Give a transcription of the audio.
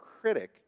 critic